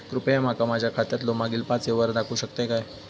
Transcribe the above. कृपया माका माझ्या खात्यातलो मागील पाच यव्हहार दाखवु शकतय काय?